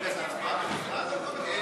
רגע, זה הצבעה בנפרד על כל אחד?